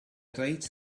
reit